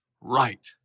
right